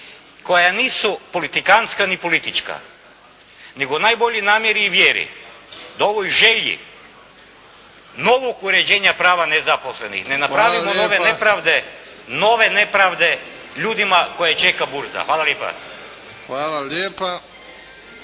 koja nisu politikantska ni politička nego u najboljoj namjeri i vjeri da ovoj želji novog uređenja prava nezaposlenosti …… /Upadica: Hvala lijepa./ … ne napravimo nove nepravde, nove nepravde ljudima koje čeka burza. Hvala lijepa.